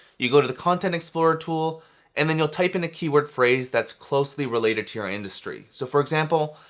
you go to the content explorer tool and then you'll type in a keyword phrase that's closely related to your industry. so for example,